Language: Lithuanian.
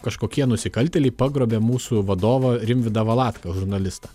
kažkokie nusikaltėliai pagrobė mūsų vadovą rimvydą valatką žurnalistą